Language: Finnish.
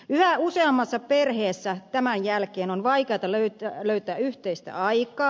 yhä useammassa perheessä tämän jälkeen on vaikeata löytää yhteistä aikaa